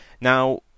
Now